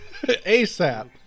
ASAP